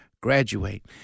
graduate